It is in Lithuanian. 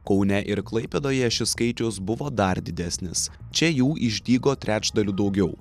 kaune ir klaipėdoje šis skaičius buvo dar didesnis čia jų išdygo trečdaliu daugiau